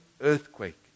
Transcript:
earthquake